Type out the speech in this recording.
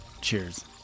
Cheers